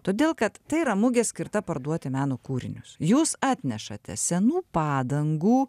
todėl kad tai yra mugė skirta parduoti meno kūrinius jūs atnešate senų padangų